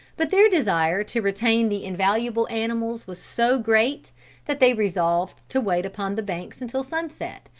but their desire to retain the invaluable animals was so great that they resolved to wait upon the banks until sunset,